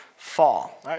Fall